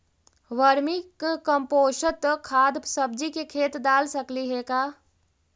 Vermi compost खाद सब्जी के खेत दाल सकली हे का?